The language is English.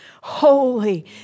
holy